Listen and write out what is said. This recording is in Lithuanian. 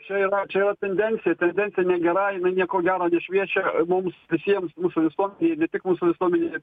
čia yra čia yra tendencija tendencija negera jinai nieko gero nešviečia mums visiems mūsų visuomenei ir ne tik mūsų visuomenei